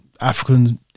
African